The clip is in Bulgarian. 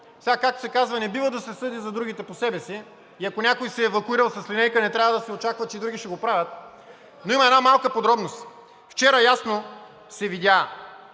Както се казва, не бива да се съди за другите по себе си и ако някой се е евакуирал с линейка, не трябва да се очаква, че и другите ще го правят, но има една малка подробност – вчера ясно се видя